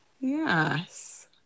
Yes